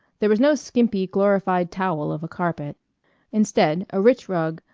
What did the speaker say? there was no skimpy glorified towel of a carpet instead, a rich rug,